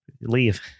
leave